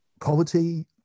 poverty